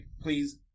Please